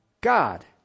God